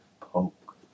Poke